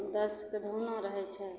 दसके धौना रहय छै